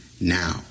now